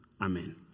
Amen